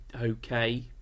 okay